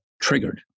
triggered